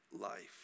life